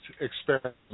experiment